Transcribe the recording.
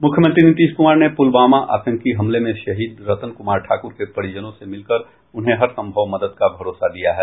मुख्यमंत्री नीतीश कुमार ने पुलवामा आतंकी हमले में शहीद रतन कुमार ठाकुर के परिजनों से मिलकर उन्हें हरसंभव मदद का भरोसा दिया है